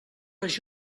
les